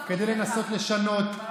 במקרים רבים לשותפים, גם המגזר השלישי.